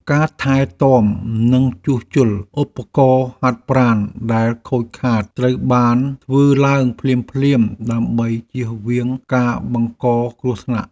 ការថែទាំនិងជួសជុលឧបករណ៍ហាត់ប្រាណដែលខូចខាតត្រូវបានធ្វើឡើងភ្លាមៗដើម្បីជៀសវាងការបង្កគ្រោះថ្នាក់។